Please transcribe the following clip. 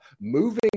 moving